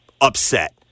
upset